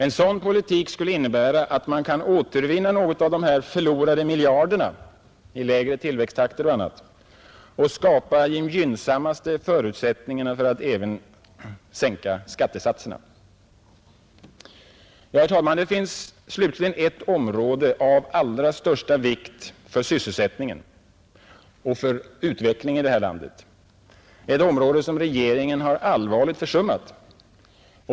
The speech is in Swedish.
En sådan politik skulle innebära att man kan återvinna något av de förlorade miljarderna i lägre tillväxttakt och skapa den gynsammaste förutsättningen för att även sänka skattesatserna. Herr talman! Det finns slutligen ett område av allra största vikt för sysselsättningen och för utvecklingen i det här landet — ett område som regeringen har allvarligt försummat.